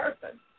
person